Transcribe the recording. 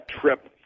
trip